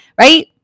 right